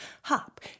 hop